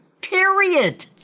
period